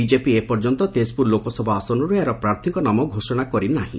BJP ଏପର୍ଯ୍ୟନ୍ତ ତେକ୍ପୁର ଲୋକସଭା ଆସନରୁ ଏହାର ପ୍ରାର୍ଥୀଙ୍କ ନାମ ଘୋଷଣା କରି ନାହିଁ